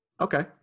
Okay